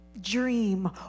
dream